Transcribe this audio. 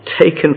taken